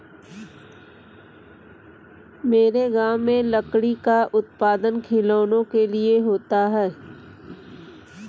मेरे गांव में लकड़ी का उत्पादन खिलौनों के लिए होता है